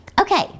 Okay